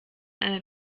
eine